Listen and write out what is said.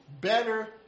better